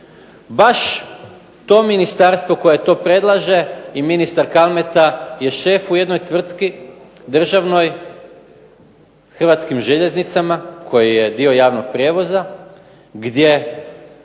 baš to ministarstvo koje to predlaže i ministar Kalmeta je šef u jednoj tvrtki državnoj, Hrvatskim željeznicama koji je dio javnog prijevoza, gdje su